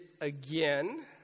again